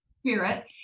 spirit